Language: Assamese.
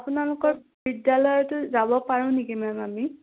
আপোনালোকৰ বিদ্যালয়তো যাব পাৰোঁ নেকি মেম আমি